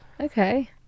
Okay